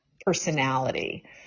personality